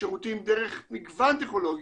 שירותים דרך מגוון טכנולוגיות,